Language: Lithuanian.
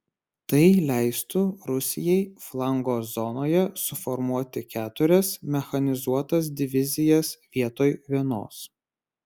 tai leistų rusijai flango zonoje suformuoti keturias mechanizuotas divizijas vietoj vienos